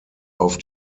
auf